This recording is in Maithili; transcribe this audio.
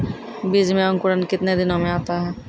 बीज मे अंकुरण कितने दिनों मे आता हैं?